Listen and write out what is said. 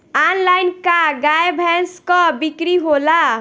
Online का गाय भैंस क बिक्री होला?